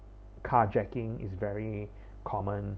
carjacking is very common